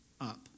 up